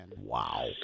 Wow